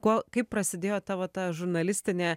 kuo kaip prasidėjo tavo ta žurnalistinė